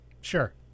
Sure